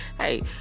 hey